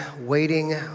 waiting